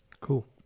cool